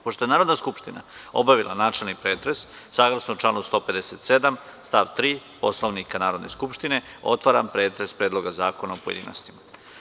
Pošto je Narodna skupština obavila načelni pretres, saglasno članu 157. stav 3. Poslovnika Narodne skupštine, otvaram pretres Predloga zakona u pojedinostima.